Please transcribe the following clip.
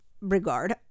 regard